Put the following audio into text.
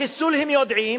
החיסול, הם יודעים,